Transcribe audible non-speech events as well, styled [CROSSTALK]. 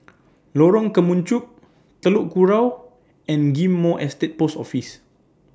[NOISE] Lorong Kemunchup Telok Kurau and Ghim Moh Estate Post Office